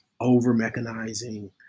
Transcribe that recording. over-mechanizing